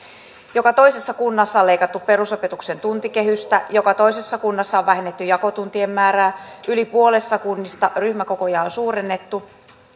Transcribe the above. joka toisessa kunnassa on leikattu perusopetuksen tuntikehystä joka toisessa kunnassa on vähennetty jakotuntien määrää yli puolessa kunnista ryhmäkokoja on suurennettu